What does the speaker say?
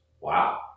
wow